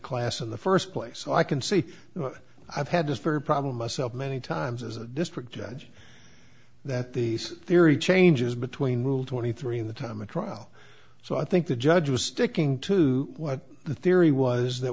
class in the first place so i can see i've had this very problem myself many times as a district judge that the theory changes between rule twenty three in the time of trial so i think the judge was sticking to what the theory was that